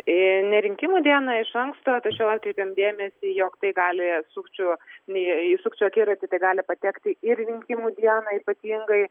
ne rinkimų dieną iš anksto tačiau atkreipėm dėmesį jog tai gali sukčių į sukčių akiratį tai gali patekti ir rinkimų dieną ypatingai